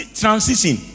transition